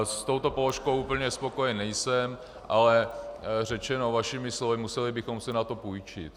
S touto položkou úplně spokojen nejsem, ale řečeno vašimi slovy, museli bychom si na to půjčit.